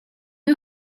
you